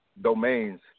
domains